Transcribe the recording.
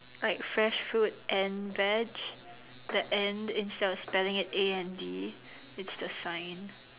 like fresh fruit and veg the and instead of spelling it A N D it's the sign